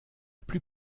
plus